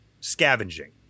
scavenging